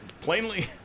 plainly